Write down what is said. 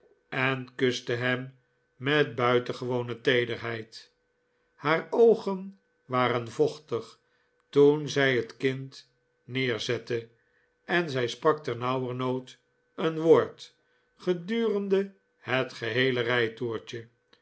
en kuste hem met buitengewone teederheid haar oogen waren vochtig toen zij het kind neerzette en zij sprak ternauwernood een woord gedurende het geheele